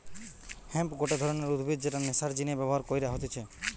hemp গটে ধরণের উদ্ভিদ যেটা নেশার জিনে ব্যবহার কইরা হতিছে